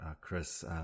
Chris